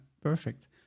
Perfect